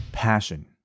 passion